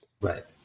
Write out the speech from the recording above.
Right